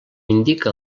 indica